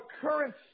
current